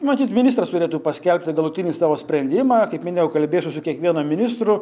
matyt ministras turėtų paskelbti galutinį savo sprendimą kaip minėjau kalbėsiu su kiekvienu ministru